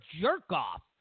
jerk-off